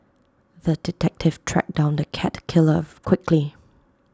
the detective tracked down the cat killer quickly